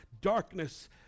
darkness